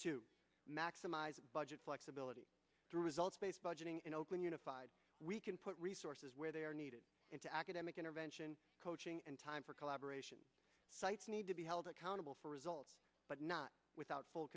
to maximize a budget flexibility through results based budgeting in oakland unified we can put resources where they are needed into academic intervention coaching and time for collaboration sites need to be held accountable for results but not without full